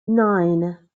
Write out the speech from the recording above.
nine